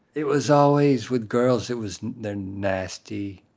it was always with girls. it was they're nasty.